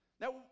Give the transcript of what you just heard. Now